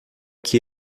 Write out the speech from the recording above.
que